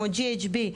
כמו GHB ,